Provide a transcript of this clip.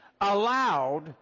allowed